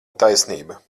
taisnība